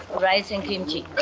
rice and kimchi.